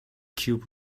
cube